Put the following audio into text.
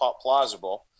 plausible